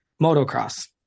Motocross